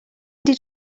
did